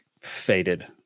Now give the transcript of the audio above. faded